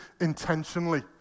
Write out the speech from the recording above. intentionally